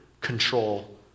control